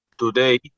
Today